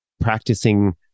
practicing